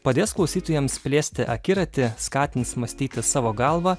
padės klausytojams plėsti akiratį skatins mąstyti savo galva